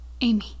Amy